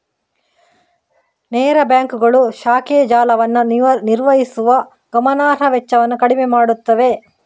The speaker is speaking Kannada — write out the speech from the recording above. ನೇರ ಬ್ಯಾಂಕುಗಳು ಶಾಖೆಯ ಜಾಲವನ್ನು ನಿರ್ವಹಿಸುವ ಗಮನಾರ್ಹ ವೆಚ್ಚವನ್ನು ಕಡಿಮೆ ಮಾಡುತ್ತವೆ